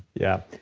yeah.